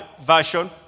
Version